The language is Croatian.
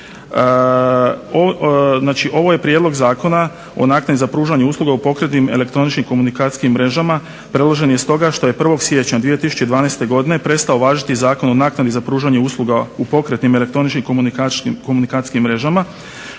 ovo je Prijedlog zakona o naknadi za pružanje usluga u pokretnim elektroničkim komunikacijskim mrežama, predložen je stoga što je 1. siječnja 2012.godine prestao važiti Zakon o naknadi za pružanje usluga u pokretnim elektroničkim komunikacijskim mrežama